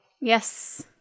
Yes